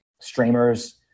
streamers